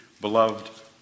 Beloved